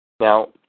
Now